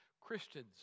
Christians